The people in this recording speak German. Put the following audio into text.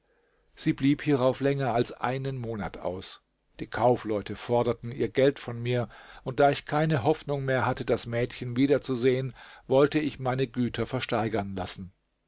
sie blieb hierauf länger als einen monat aus die kaufleute forderten ihr geld von mir und da ich keine hoffnung mehr hatte das mädchen wiederzusehen wollte ich meine güter versteigern lassen